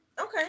okay